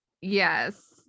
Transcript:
yes